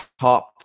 top